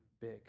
big